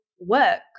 work